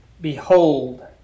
Behold